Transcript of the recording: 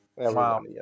Wow